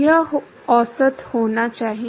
यह औसत होना चाहिए